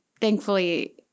thankfully